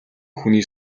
хүний